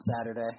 Saturday